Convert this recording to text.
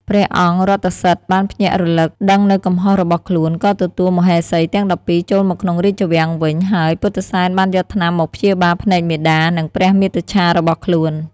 ព្រះអង្គរថសិទ្ធិបានភ្ញាក់រលឹកដឹងនូវកំហុសរបស់ខ្លួន ក៏ទទួលមហេសីទាំង១២ចូលមកក្នុងរាជវាំងវិញ ហើយពុទ្ធិសែនបានយកថ្នាំមកព្យាបាលភ្នែកមាតា និងព្រះមាតុច្ឆារបស់ខ្លួន។